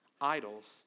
Idols